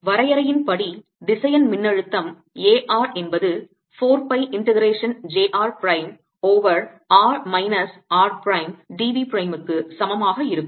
வரையறையின்படி திசையன் மின்னழுத்தம் A r என்பது 4 pi integration j r prime over r minus r prime d v prime க்கு சமமாக இருக்கும்